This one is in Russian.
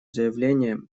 заявления